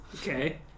Okay